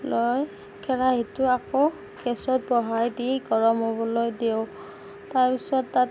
লৈ কেৰাহীটো আকৌ গেছত বহাই দি গৰম হ'বলৈ দিওঁ তাৰ পিছত তাত